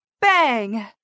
Bang